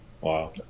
Wow